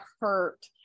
hurt